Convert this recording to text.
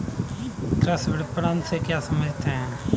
कृषि विपणन से क्या समझते हैं?